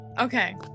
Okay